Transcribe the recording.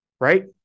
Right